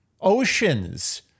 oceans